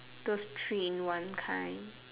those three in one kind